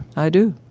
i do.